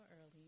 early